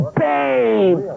babe